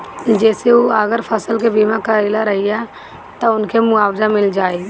जेसे उ अगर फसल के बीमा करइले रहिये त उनके मुआवजा मिल जाइ